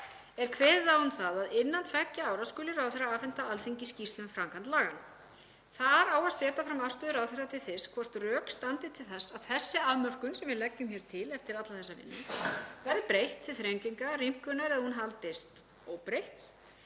er kveðið á um að innan tveggja ára skuli ráðherra afhenda Alþingi skýrslu um framkvæmd laganna. Þar á að setja fram afstöðu ráðherra til þess hvort rök standi til þess að þessi afmörkun sem við leggjum hér til eftir alla þessa vinnu verði breytt til þrengingar, rýmkunar eða að hún haldist óbreytt,